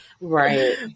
Right